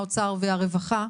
האוצר והרווחה,